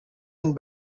and